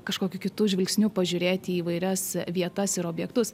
kažkokiu kitu žvilgsniu pažiūrėt į įvairias vietas ir objektus